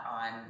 on